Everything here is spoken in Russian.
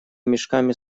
мешками